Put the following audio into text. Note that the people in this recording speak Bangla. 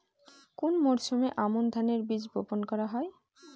কোন মরশুমে আমন ধানের বীজ বপন করা হয়?